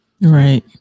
Right